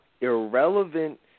irrelevant